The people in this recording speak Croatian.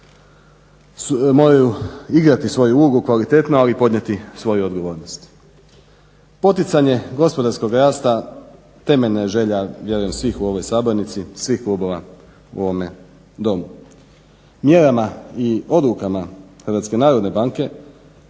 moraju igrati svoju ulogu kvalitetno, ali i podnijeti svoju odgovornost. Poticanje gospodarskog rasta temeljna je želja, ja bih rekao, svih u ovoj sabornici, svih klubova u ovome domu. Mjerama i odlukama HNB postignuta je